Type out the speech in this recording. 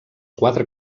quatre